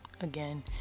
again